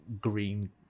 green